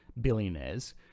billionaires